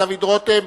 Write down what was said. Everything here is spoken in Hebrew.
דוד רותם,